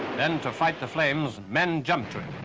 then to fight the flames, men jump to